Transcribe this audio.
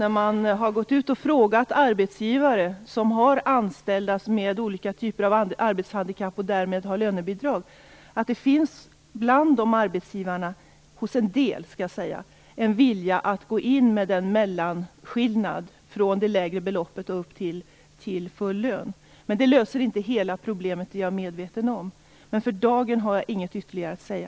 När man har gått ut och frågat arbetsgivare som har anställda med olika typer av arbetshandikapp, och därmed lönebidrag, har man funnit att det finns en vilja hos en del av arbetsgivarna att gå in och bidra med skillnaden mellan det lägre beloppet och full lön. Jag är medveten om att detta inte löser hela problemet, men för dagen har jag inget ytterligare att säga.